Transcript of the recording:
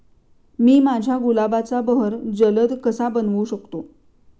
मी माझ्या गुलाबाचा बहर जलद कसा बनवू शकतो?